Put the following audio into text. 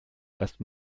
erst